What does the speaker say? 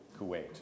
Kuwait